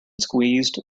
squeezed